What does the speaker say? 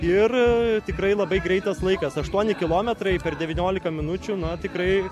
ir tikrai labai greitas laikas aštuoni kilometrai per devyniolika minučių na tikrai